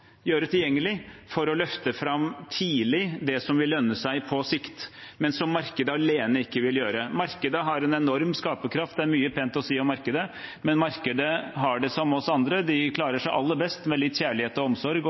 tilgjengelig, for tidlig å løfte fram det som vil lønne seg på sikt, men som markedet alene ikke vil gjøre. Markedet har en enorm skaperkraft. Det er mye pent å si om markedet, men markedet har det som oss andre, det klarer seg aller best med litt kjærlighet og omsorg,